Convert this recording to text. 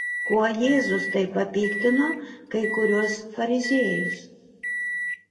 kuo jėzus taip papiktino kai kuriuos fariziejus